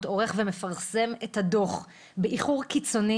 עורך ומפרסם את הדוח באיחור קיצוני,